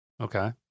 Okay